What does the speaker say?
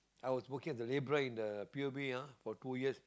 I was working as the labourer in the p_u_b ah for two years